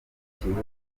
ikibuga